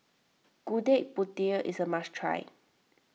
Gudeg Putih is a must try